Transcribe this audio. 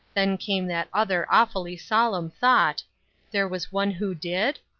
then came that other awfully solemn thought there was one who did?